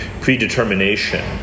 predetermination